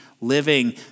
living